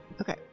okay